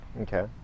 Okay